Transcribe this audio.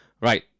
Right